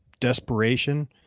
desperation